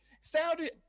sounded